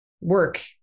work